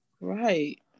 Right